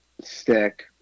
stick